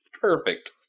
Perfect